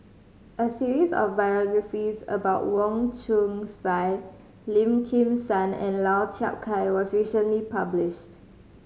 a series of biographies about Wong Chong Sai Lim Kim San and Lau Chiap Khai was recently published